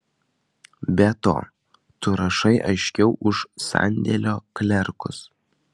be to tu rašai aiškiau už sandėlio klerkus